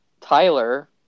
Tyler